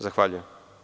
Zahvaljujem.